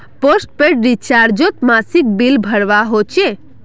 postpaid रिचार्जोत मासिक bill भरवा होचे